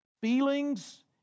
feelings